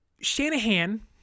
Shanahan